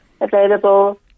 available